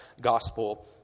gospel